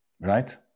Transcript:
right